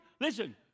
Listen